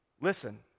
Listen